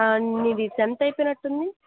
నీది టెన్త్ అయిపోయినట్టు ఉంది